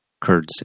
Kurds